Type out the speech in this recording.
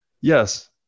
yes